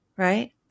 right